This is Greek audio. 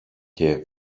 και